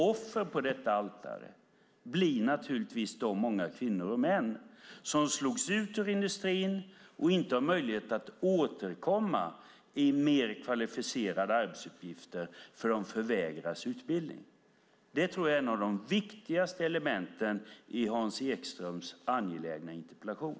Offren på detta altare blir naturligtvis de många kvinnor och män som slogs ut från industrin och inte har möjlighet att återkomma i mer kvalificerade arbetsuppgifter eftersom de förvägras utbildning. Det tror jag är ett av de viktigaste elementen i Hans Ekströms angelägna interpellation.